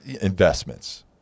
investments